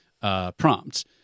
prompts